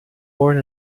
born